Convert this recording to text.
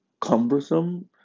cumbersome